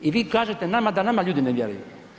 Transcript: I vi kažete nama da nama ljudi ne vjeruju.